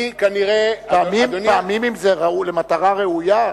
אם זה למטרה ראויה.